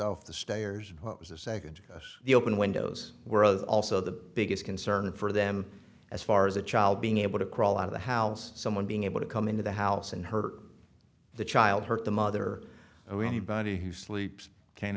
off the stayers as a segue into the open windows were as also the biggest concern for them as far as a child being able to crawl out of the house someone being able to come into the house and hurt the child hurt the mother or anybody who sleeps can